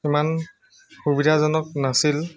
ইমান সুবিধাজনক নাছিল